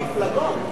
המפלגות,